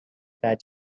for